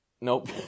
Nope